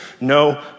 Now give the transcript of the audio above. no